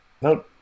No